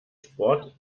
sport